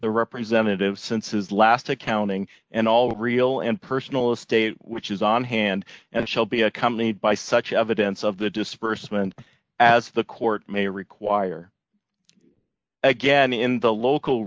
the representative since his last accounting and all real and personal estate which is on hand and shall be accompanied by such evidence of the disbursement as the court may require again in the local